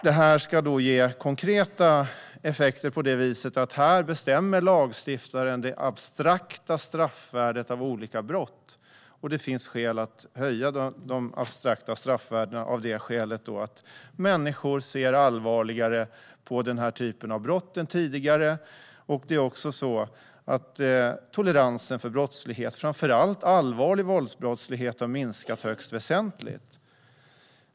Det ska ge konkreta effekter genom att lagstiftaren bestämmer det abstrakta straffvärdet av olika brott, och det finns skäl att höja de abstrakta straffvärdena eftersom människor ser allvarligare än tidigare på denna typ av brott. Toleransen mot brottslighet, framför allt allvarlig våldsbrottslighet, har minskat högst väsentligt.